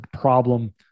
problem